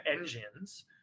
engines